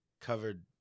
Covered